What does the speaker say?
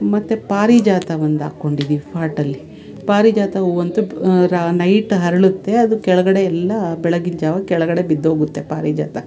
ಮತ್ತೆ ಪಾರಿಜಾತ ಒಂದು ಹಾಕ್ಕೊಂಡಿದ್ದೀವಿ ಫಾಟಲ್ಲಿ ಪಾರಿಜಾತ ಹೂವಂತು ರಾ ನೈಟ್ ಅರ್ಳುತ್ತೆ ಅದು ಕೆಳಗಡೆ ಎಲ್ಲ ಬೆಳಗಿನ ಜಾವ ಕೆಳಗಡೆ ಬಿದ್ದೋಗುತ್ತೆ ಪಾರಿಜಾತ